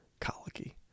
Colicky